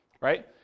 right